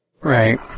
Right